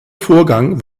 vorgang